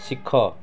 ଶିଖ